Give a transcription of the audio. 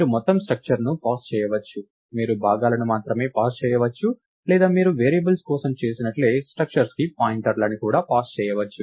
మీరు మొత్తం స్ట్రక్చర్ ను పాస్ చేయవచ్చు మీరు భాగాలను మాత్రమే పాస్ చేయవచ్చు లేదా మీరు వేరియబుల్స్ కోసం చేసినట్లే స్ట్రక్చర్కు పాయింటర్ను కూడా పాస్ చేయవచ్చు